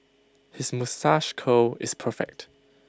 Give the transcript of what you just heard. his moustache curl is perfect